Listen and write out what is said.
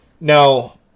Now